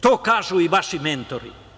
To kažu i vaši mentori.